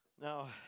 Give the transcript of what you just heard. Now